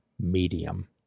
medium